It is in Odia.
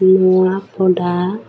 ନୂଆପଡ଼ା